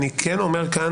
אני כן אומר כאן,